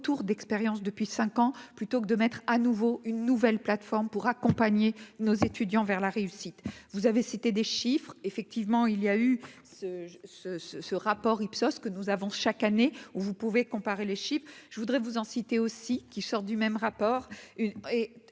d'expérience depuis 5 ans, plutôt que de mettre à nouveau une nouvelle plateforme pour accompagner nos étudiants vers la réussite, vous avez cité des chiffres effectivement il y a eu ce ce ce ce rapport. Sauf que nous avons chaque année où vous pouvez comparer les chips, je voudrais vous en citer aussi qui sortent du même rapport